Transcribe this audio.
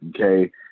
Okay